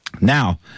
Now